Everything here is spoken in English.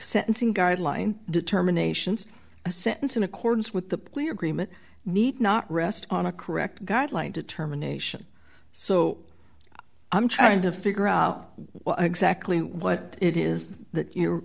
sentencing guideline determinations a sentence in accordance with the plea agreement need not rest on a correct guideline determination so i'm trying to figure out exactly what it is that you